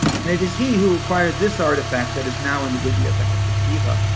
and it is he who acquired this artifact that is now in the bibliotheca fictiva,